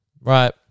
Right